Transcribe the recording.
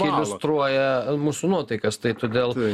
iliustruoja mūsų nuotaikas tai todėl